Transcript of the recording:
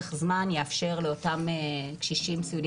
שלאורך זמן יאפשר לאותם קשישים סיעודיים